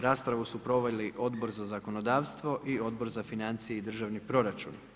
Raspravu su proveli Odbor za zakonodavstvo i Odbor za financije i državni proračun.